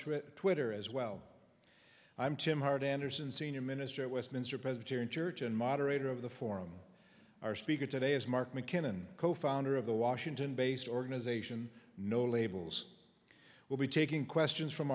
trip twitter as well i'm tim howard anderson senior minister at westminster presbyterian church in moderator of the forum our speaker today is mark mckinnon co founder of the washington based organization no labels will be taking questions from